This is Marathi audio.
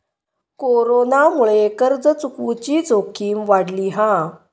कोरोनामुळे कर्ज चुकवुची जोखीम वाढली हा